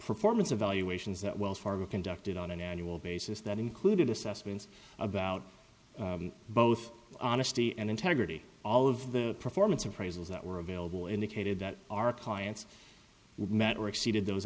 performance evaluations that wells fargo conducted on an annual basis that included assessments about both honesty and integrity all of the performance appraisals that were available indicated that our clients would met or exceeded those